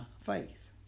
faith